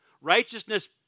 Righteousness